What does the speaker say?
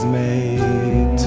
made